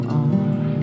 on